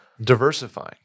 Diversifying